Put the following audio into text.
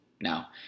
Now